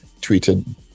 tweeted